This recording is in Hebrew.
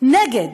נגד